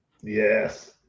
Yes